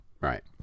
Right